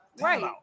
right